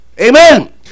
Amen